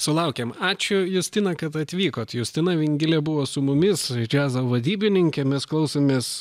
sulaukėm ačiū justina kad atvykot justina vingilė buvo su mumis džiazo vadybininkė mes klausomės